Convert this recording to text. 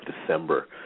December